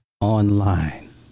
online